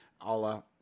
Allah